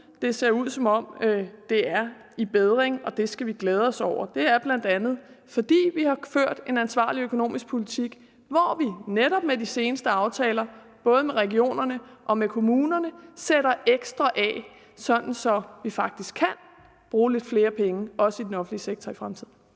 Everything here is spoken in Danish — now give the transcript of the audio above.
Det ser ud, som om det er i bedring, og det skal vi glæde os over. Det er bl.a., fordi vi har ført en ansvarlig økonomisk politik, hvor vi netop med de seneste aftaler med både regionerne og kommunerne sætter ekstra penge af, sådan så vi faktisk kan bruge lidt flere penge – også i den offentlige sektor i fremtiden.